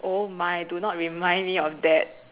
oh my do not remind me of that